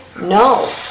No